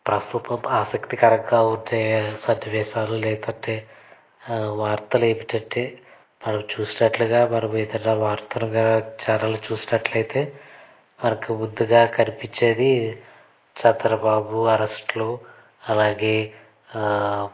ప్రస్తుతం ఆసక్తి కరంగా ఉండే సన్నివేశాలు లేదంటే వార్తలు ఏమిటంటే మనం చూసినట్లుగా మనం ఇతర వార్తల చానల్స్ చూసినట్లయితే మనకి ముందుగా కనిపించేది చంద్రబాబు అరెస్టు అలాగే